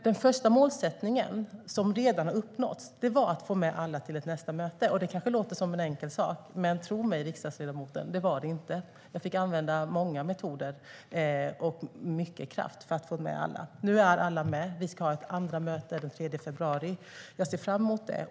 Den första målsättningen, som redan har uppnåtts, var att få med alla till ett nästa möte. Det kanske låter som en enkel sak. Men tro mig, riksdagsledamoten! Det var det inte. Jag fick använda många metoder och mycket kraft för att få med alla. Nu är alla med. Vi ska ha ett andra möte den 3 februari. Jag ser fram emot det.